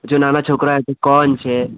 જો નાના છોકરા હાટુ કોન છે